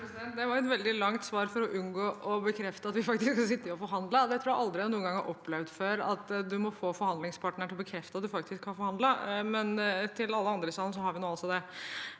Det var et veldig langt svar for å unngå å bekrefte at vi faktisk har sittet og forhandlet. Jeg tror aldri jeg noen gang før har opplevd at man må få forhandlingspartneren til å bekrefte at man faktisk har forhandlet, men – til alle andre i salen – vi har nå altså det.